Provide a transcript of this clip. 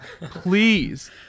please